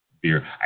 beer